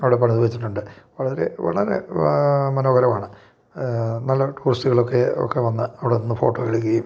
അവിടെ പണിതു വെച്ചിട്ടുണ്ട് വളരെ വളരെ മനോഹരമാണ് നല്ല ടൂറിസ്റ്റുകളൊക്കെ ഒക്കെ വന്ന് അവിടെന്ന് ഫോട്ടോട്ക്കയും